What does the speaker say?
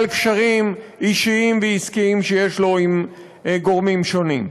קשרים אישיים ועסקיים שיש לו עם גורמים שונים.